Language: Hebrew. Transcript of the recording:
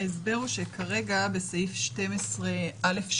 ההסבר הוא שכרגע בסעיף 12(א)(3),